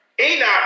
Enoch